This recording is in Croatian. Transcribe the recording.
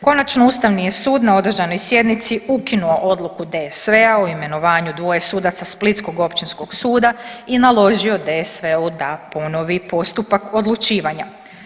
Konačno ustavni je sud na održanoj sjednici ukinuo odluku DSV-a o imenovanju dvoje sudaca Splitskog općinskog suda i naložio DSV-u da ponovi postupak odlučivanja.